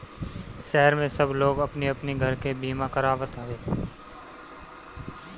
शहर में सब लोग अपनी अपनी घर के बीमा करावत हवे